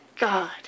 god